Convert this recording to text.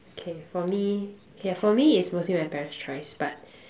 K for me K lah for me it's mostly my parents choice but